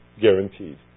Guaranteed